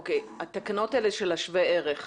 התקנות האלה של השווה ערך.